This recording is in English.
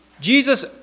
Jesus